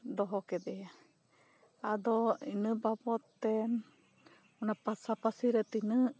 ᱫᱚᱦᱚ ᱠᱮᱫᱮᱭᱟ ᱟᱫᱚ ᱤᱱᱟᱹ ᱵᱟᱵᱚᱛ ᱛᱮᱢ ᱚᱱᱟ ᱯᱟᱥᱟᱯᱟᱹᱥᱤ ᱨᱮ ᱛᱤᱱᱟᱹᱜ